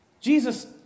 Jesus